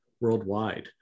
worldwide